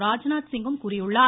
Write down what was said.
ராஜ்நாத்சிங்கும் கூறியுள்ளார்